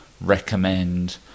recommend